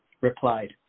replied